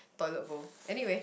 toilet bowl anyway